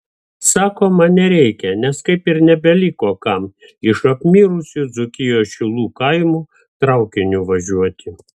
sakoma nereikia nes kaip ir nebeliko kam iš apmirusių dzūkijos šilų kaimų traukiniu važiuoti